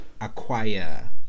acquire